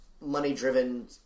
money-driven